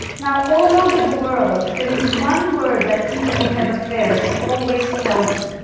now, all over the world, there is one word that people who have affairs always tell me.